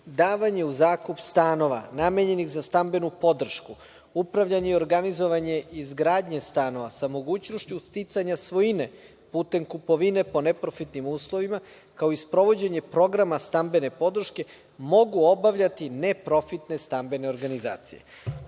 davanje u zakup stanova namenjenih za stambenu podršku, upravljanje i organizovanje izgradnje stanova sa mogućnošću sticanja svojine putem kupovine po neprofitnim uslovima, kao i sprovođenje programa stambene podrške, mogu obavljati neprofitne stambene organizacije. Ne